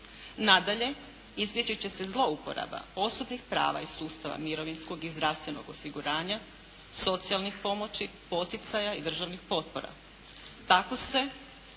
Nadalje, izbjeći će se zlouporaba osobnih prava iz sustava mirovinskog i zdravstvenog osiguranja, socijalnih pomoći, poticaja i državnih potpora.